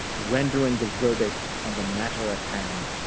rendering the verdict on the matter at hand,